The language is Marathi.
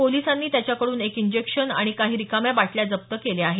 पोलिसांनी त्याच्याकडून एक इंजेक्शन आणि काही रिकाम्या बाटल्या जप्त केल्या आहेत